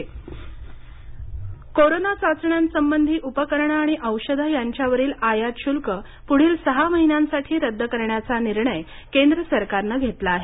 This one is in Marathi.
आयात श्ल्क कोरोना चाचण्यांसंबंधी उपकरणं आणि औषधं यांच्यावरील आयात शुल्क पुढील सहा महिन्यांसाठी रद्द करण्याचा निर्णय केंद्र सरकारनं घेतला आहे